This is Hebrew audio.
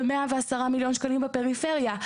ב-110 מיליון שקלים בפריפריה.